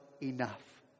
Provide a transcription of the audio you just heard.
enough